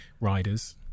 riders